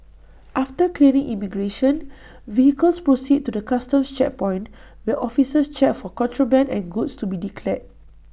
after clearing immigration vehicles proceed to the Customs checkpoint where officers check for contraband and goods to be declared